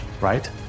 right